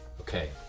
Okay